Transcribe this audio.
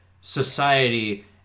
society